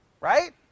Right